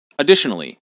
Additionally